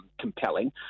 compelling